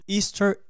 Easter